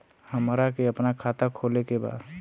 हमरा के अपना खाता खोले के बा?